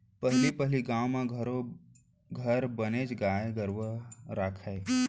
पहली पहिली गाँव म घरो घर बनेच गाय गरूवा राखयँ